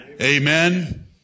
Amen